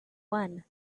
one